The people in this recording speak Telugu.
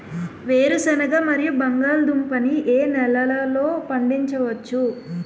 వేరుసెనగ మరియు బంగాళదుంప ని ఏ నెలలో పండించ వచ్చు?